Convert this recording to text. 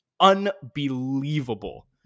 unbelievable